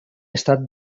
estat